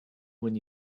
when